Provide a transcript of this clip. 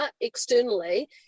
externally